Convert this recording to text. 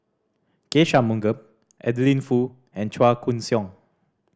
K Shanmugam Adeline Foo and Chua Koon Siong